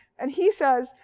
and he says,